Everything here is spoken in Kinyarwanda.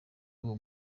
uwo